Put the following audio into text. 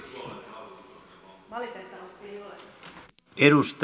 valitettavasti ei ole